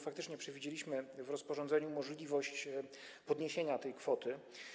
Faktycznie przewidzieliśmy w rozporządzeniu możliwość podniesienia tej kwoty.